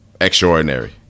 extraordinary